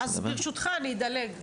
אז ברשותך אני אדלג.